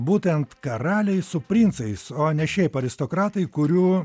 būtent karaliai su princais o ne šiaip aristokratai kurių